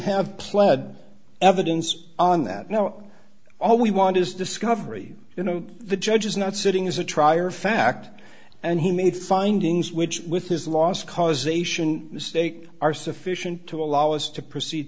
have plowed evidence on that now all we want is discovery you know the judge is not sitting as a trier of fact and he made findings which with his last causation mistake are sufficient to allow us to proceed